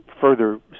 further